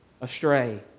astray